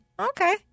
Okay